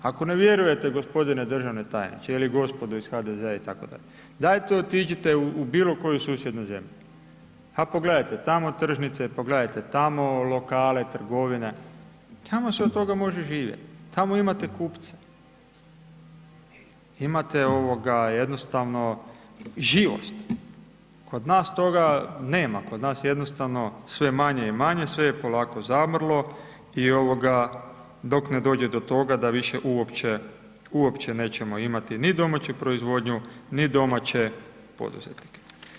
Ako ne vjerujete g. državni tajniče ili gospodo iz HDZ-a itd., dajte otiđite u bilo koju susjedu zemlju, pa pogledajte tamo tržnice, pogledajte tamo lokale, trgovine, tamo se od toga može živjet, tamo imate kupce, imate jednostavno živost, kod nas toga nema, kod nas jednostavno sve manje i manje, sve je polako zamrlo i dok ne dođe do toga da više uopće, uopće nećemo imati ni domaću proizvodnju, ni domaće poduzetnike.